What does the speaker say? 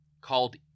called